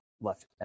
left